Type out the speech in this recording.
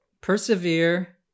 persevere